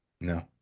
No